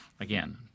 Again